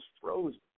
frozen